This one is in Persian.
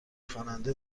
خواننده